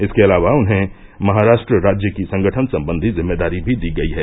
इसके अलावा उन्हें महाराष्ट्र राज्य की संगठन सम्बन्धी ज़िम्मेदारी भी दी गयी है